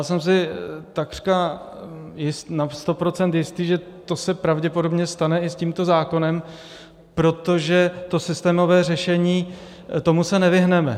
Jsem si takřka na sto procent jist, že to se pravděpodobně stane i s tímto zákonem, protože to systémové řešení, tomu se nevyhneme.